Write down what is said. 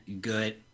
good